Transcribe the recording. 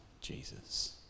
Jesus